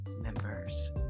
members